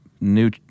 new